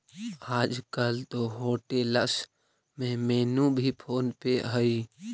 आजकल तो होटेल्स में मेनू भी फोन पे हइ